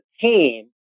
team